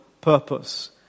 purpose